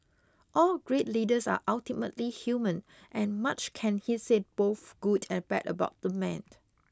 all great leaders are ultimately human and much can be said both good and bad about the man